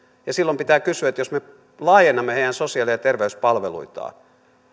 silloin pitää kysyä että jos me laajennamme heidän sosiaali ja terveyspalveluitaan